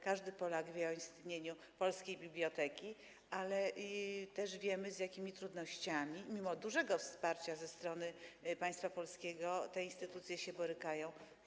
Każdy Polak wie o istnieniu polskiej biblioteki, ale też wiemy, z jakimi trudnościami mimo dużego wsparcia ze strony państwa polskiego te instytucje się borykają.